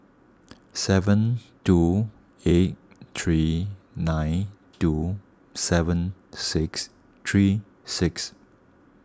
seven two eight three nine two seven six three six